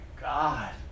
God